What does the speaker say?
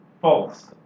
false